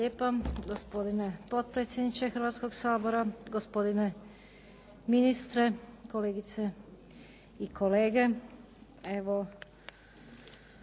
Hvala vam